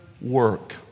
work